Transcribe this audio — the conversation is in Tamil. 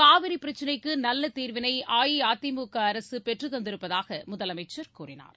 காவிரி பிரச்னைக்கு நல்ல தீர்வினை அஇஅதிமுக அரசு பெற்றுத் தந்திருப்பதாக முதலமைச்சர் கூறினார்